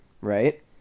right